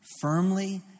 firmly